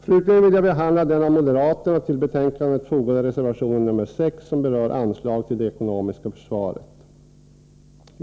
Slutligen skall jag kommentera den av moderaterna till betänkandet fogade reservation 6 som berör anslag till det ekonomiska försvaret.